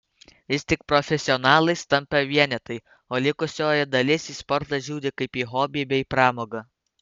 vis tik profesionalais tampa vienetai o likusioji dalis į sportą žiūri kaip į hobį bei pramogą